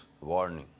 warning